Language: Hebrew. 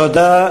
תודה.